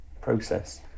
process